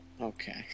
Okay